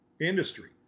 industry